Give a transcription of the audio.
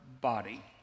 body